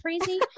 crazy